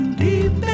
deep